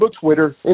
Twitter